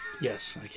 Yes